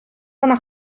вона